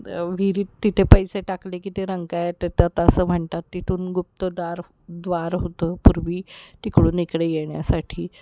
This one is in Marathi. विहिरीत तिथे पैसे टाकले की ते रंकाळ्यात येतात असं म्हणतात तिथून गुप्त दार द्वार होतं पूर्वी तिकडून इकडे येण्यासाठी